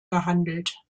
gehandelt